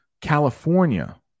California